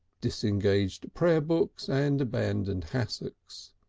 disengaged prayerbooks and abandoned hassocks.